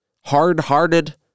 hard-hearted